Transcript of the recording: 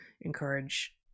encourage